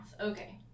Okay